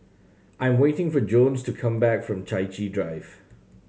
I am waiting for Jones to come back from Chai Chee Drive